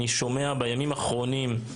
אני שומע בימים האחרונים,